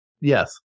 Yes